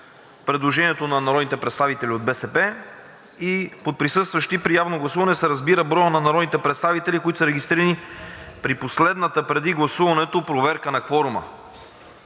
предложението на народните представители от БСП и под „присъстващи при явно гласуване“ се разбира броят на народните представители, които са регистрирани при последната преди гласуването проверка на кворума.